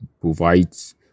provides